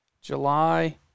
July